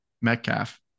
Metcalf